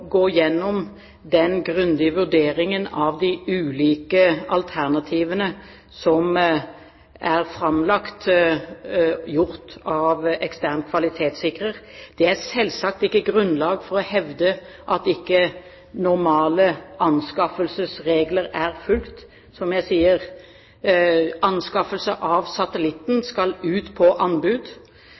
gå gjennom den grundige vurderingen av de ulike alternativene som er framlagt, gjort av ekstern kvalitetssikrer. Det er selvsagt ikke grunnlag for å hevde at ikke normale anskaffelsesregler er fulgt. Som jeg sier: Anskaffelse av satellitten skal ut på anbud.